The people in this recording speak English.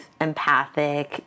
empathic